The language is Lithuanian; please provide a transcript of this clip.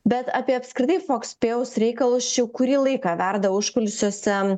bet apie apskritai fokspėjeus reikalus čia kurį laiką verda užkulisiuose